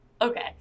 okay